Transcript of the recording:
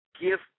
Give